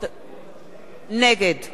נגד